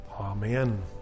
Amen